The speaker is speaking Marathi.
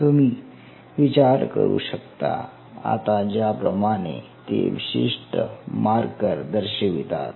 तुम्ही विचार करू शकता आता ज्याप्रमाणे ते विशिष्ट मार्कर दर्शवितात